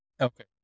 Okay